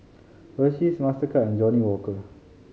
Hersheys Mastercard and Johnnie Walker